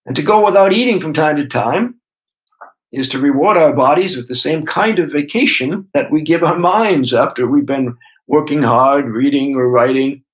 and to go without eating from time to time is to reward our bodies with the same kind of vacation that we give our minds after we've been working hard reading or writing.